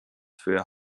für